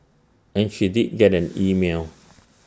and she did get an email